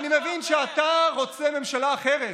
אני מבין שאתה רוצה ממשלה אחרת,